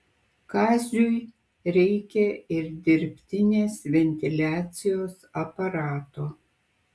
kaziui reikia ir dirbtinės ventiliacijos aparato